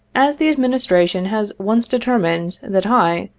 as the administration has once de termined that i,